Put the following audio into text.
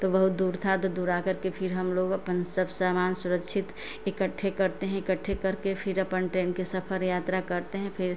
तो बहुत दूर था तो दूर आकर के फिर हम लोग अपन सब सामान सुरक्षित इकट्ठे करते हैं इकट्ठे करके फिर अपन ट्रेन के सफर यात्रा करते हैं फिर